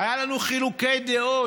היו לנו חילוקי דעות,